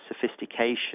sophistication